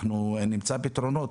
אנחנו נמצא פתרונות.